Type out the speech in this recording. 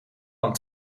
dan